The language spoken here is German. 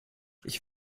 ich